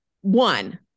one